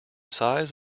size